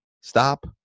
stop